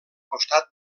costat